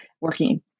working